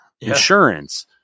insurance